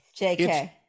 jk